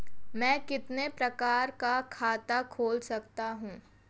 मैं कितने प्रकार का खाता खोल सकता हूँ?